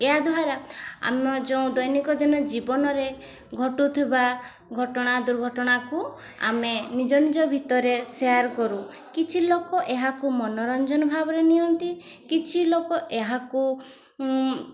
ଏହାଦ୍ଵାରା ଆମ ଯେଉଁ ଦୈନନ୍ଦିନ ଜୀବନରେ ଘଟୁଥିବା ଘଟଣା ଦୁର୍ଘଟଣାକୁ ଆମେ ନିଜ ନିଜ ଭିତରେ ସେୟାର କରୁ କିଛି ଲୋକ ଏହାକୁ ମନୋରଞ୍ଜନ ଭାବରେ ନିଅନ୍ତି କିଛି ଲୋକ ଏହାକୁ